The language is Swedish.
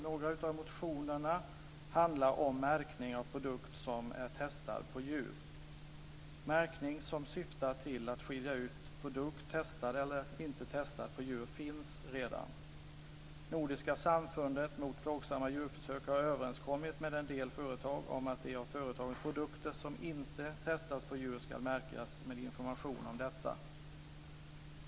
Några av motionerna handlar om märkning av produkt som är testad på djur. Märkning som syftar till att skilja ut produkt som är testad på djur från den som inte är testad på djur finns redan. Nordiska samfundet mot plågsamma djurförsök har kommit överens med en del företag om att de av företagens produkter som inte testats på djur ska märkas med information om detta.